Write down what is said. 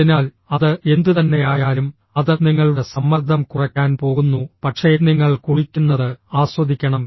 അതിനാൽ അത് എന്തുതന്നെയായാലും അത് നിങ്ങളുടെ സമ്മർദ്ദം കുറയ്ക്കാൻ പോകുന്നു പക്ഷേ നിങ്ങൾ കുളിക്കുന്നത് ആസ്വദിക്കണം